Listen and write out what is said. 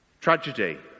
Tragedy